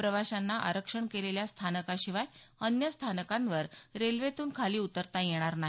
प्रवाशांना आरक्षण केलेल्या स्थानकाशिवाय अन्य स्थानकावर रेल्वेतून खाली उतरता येणार नाही